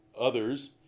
Others